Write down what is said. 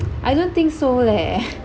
I don't think so leh